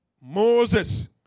Moses